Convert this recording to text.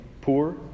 poor